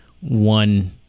one